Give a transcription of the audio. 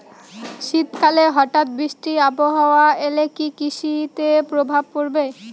শীত কালে হঠাৎ বৃষ্টি আবহাওয়া এলে কি কৃষি তে প্রভাব পড়বে?